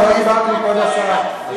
לא דיברתי מכבוד השרה.